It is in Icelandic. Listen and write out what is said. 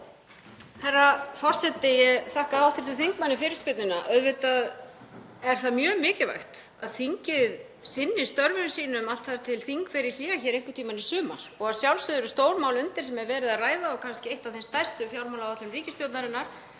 Auðvitað er mjög mikilvægt að þingið sinni störfum sínum allt þar til þing fer í hlé einhvern tímann í sumar og að sjálfsögðu eru stór mál undir sem er verið að ræða og kannski eitt af þeim stærstu fjármálaáætlun ríkisstjórnarinnar